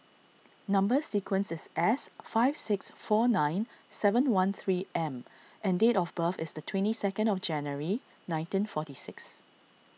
Number Sequence is S five six four nine seven one three M and date of birth is the twenty second of January nineteen forty six